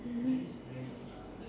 mmhmm